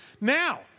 Now